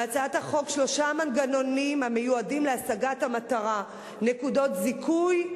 בהצעת החוק שלושה מנגנונים המיועדים להשגת המטרה: נקודות זיכוי,